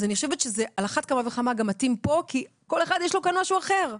אני חושבת שעל אחת כמה וכמה גם מתאים כאן כי כל אחד יש לו כאן משהו אחר.